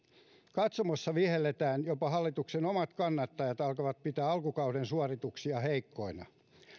katsomossa vihelletään jopa hallituksen omat kannattajat alkavat pitää alkukauden suorituksia heikkoina